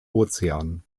ozean